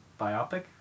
biopic